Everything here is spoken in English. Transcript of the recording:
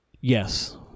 yes